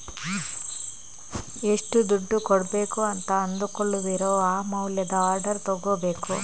ಎಷ್ಟು ದುಡ್ಡು ಕೊಡ್ಬೇಕು ಅಂತ ಅಂದುಕೊಳ್ಳುವಿರೋ ಆ ಮೌಲ್ಯದ ಆರ್ಡರ್ ತಗೋಬೇಕು